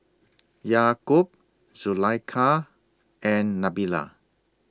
Yaakob Zulaikha and Nabila